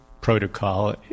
protocol